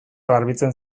garbitzen